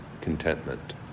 contentment